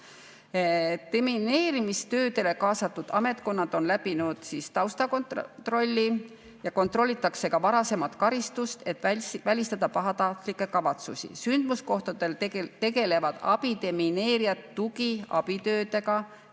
Demineerimistöödele kaasatud ameti[isikud] on läbinud taustakontrolli ja kontrollitakse ka varasemat karistatust, et välistada pahatahtlikke kavatsusi. Sündmuskohtadel tegelevad abidemineerijad tugi- ja abitöödega,